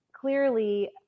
clearly